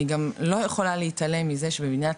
אני גם לא יכולה להתעלם מזה שבמדינת